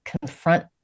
confront